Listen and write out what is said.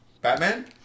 Batman